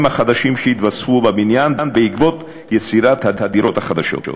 החדשים שיתווספו בבניין בעקבות יצירת הדירות החדשות.